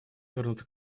вернуться